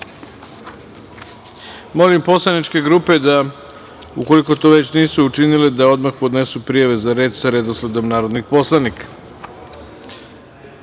reda. Molim poslaničke grupe, ukoliko to već nisu učinile, da odmah podnesu prijave za reč sa redosledom narodnih poslanika. Saglasno